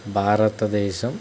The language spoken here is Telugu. భారతదేశం